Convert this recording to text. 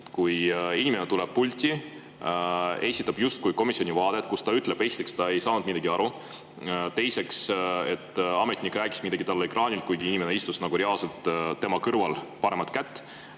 kui inimene tuleb pulti, esindab justkui komisjoni vaadet, ütleb esiteks, et ta ei saanud midagi aru, teiseks, et ametnik rääkis midagi ekraanilt, kuigi inimene istus reaalselt tema kõrval paremat kätt,